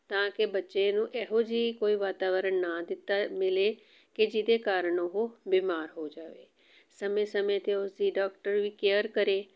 ਤਾਂ ਕਿ ਬੱਚੇ ਨੂੰ ਇਹੋ ਜਿਹੀ ਕੋਈ ਵਾਤਾਵਰਨ ਨਾ ਦਿੱਤਾ ਮਿਲੇ ਕਿ ਜਿਹਦੇ ਕਾਰਨ ਉਹ ਬਿਮਾਰ ਹੋ ਜਾਵੇ ਸਮੇਂ ਸਮੇਂ 'ਤੇ ਉਸ ਦੀ ਡੋਕਟਰ ਵੀ ਕੇਅਰ ਕਰੇ